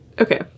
Okay